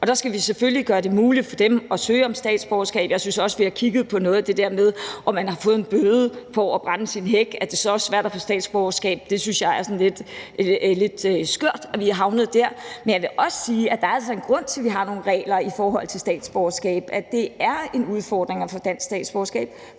og der skal vi selvfølgelig gøre det muligt for dem at søge om statsborgerskab. Jeg mener også, at vi har kigget på noget af det der med, at det er svært at få et statsborgerskab, hvis man har fået en bøde for at brænde sin hæk ned, for jeg synes, det er lidt skørt, at vi er havnet der. Men jeg vil også sige, at der er en grund til, at vi har nogle regler i forhold til statsborgerskab, altså at det er en udfordring at få dansk statsborgerskab,